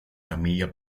camilla